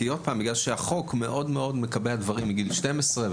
בגלל שהחוק מקבע דברים מגיל 12,